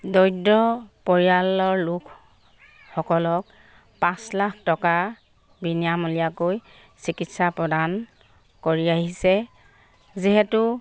দৰিদ্ৰ পৰিয়ালৰ লোক সকলক পাঁচ লাখ টকা বিনামূলীয়াকৈ চিকিৎসা প্ৰদান কৰি আহিছে যিহেতু